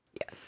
Yes